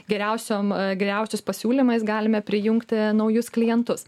geriausiom geriausius pasiūlymais galime prijungti naujus klientus